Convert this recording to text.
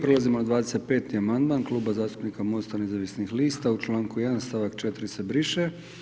Prelazimo na 25. amandman Kluba zastupnika MOSTA nezavisnih lista, u članku 1. stavak 4. se briše.